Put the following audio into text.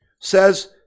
says